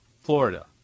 Florida